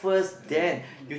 correct